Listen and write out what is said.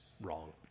wrong